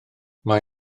mae